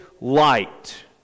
light